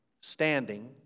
standing